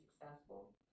successful